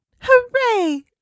Hooray